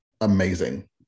amazing